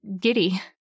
giddy